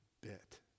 bit